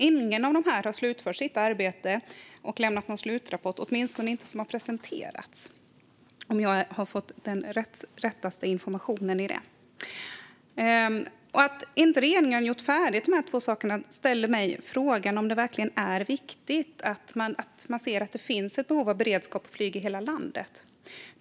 Ingen av dessa har slutfört sitt arbete och lämnat en slutrapport, åtminstone inte som har presenterats, om jag fått rätt information om det. Att regeringen inte har gjort färdigt de här två sakerna gör att jag ställer mig frågan om man verkligen ser det som viktigt och ser att det finns ett behov av beredskapsflyg i hela landet.